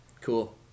cool